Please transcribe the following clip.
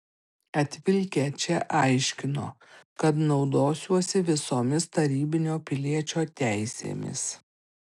atvilkę čia aiškino kad naudosiuosi visomis tarybinio piliečio teisėmis